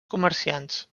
comerciants